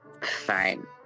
Fine